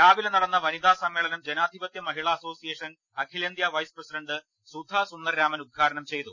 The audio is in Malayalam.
രാവിലെ നടന്ന വനിതാ സമ്മേളനം ജനാധിപത്യ മഹിള അസോസിയേഷൻ അഖിലേന്തൃ വൈസ് പ്രസിഡന്റ് സുധാ സുന്ദർരാമൻ ഉദ്ഘാടനം ചെയ്തു